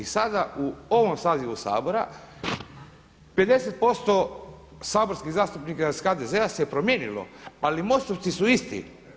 I sada u ovom sazivu Sabora 50% saborskih zastupnika iz HDZ-a se promijenilo, ali MOST-ovci su isti.